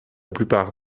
plupart